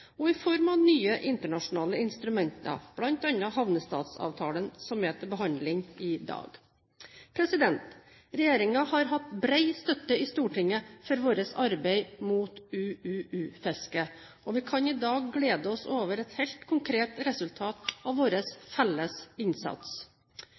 og i form av nye internasjonale instrumenter, bl.a. havnestatsavtalen, som er til behandling i dag. Regjeringen har hatt bred støtte i Stortinget for vårt arbeid mot UUU-fiske, og vi kan i dag glede oss over et helt konkret resultat av vår